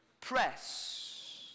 press